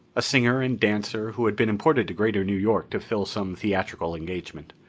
a singer and dancer who had been imported to greater new york to fill some theatrical engagement.